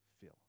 fill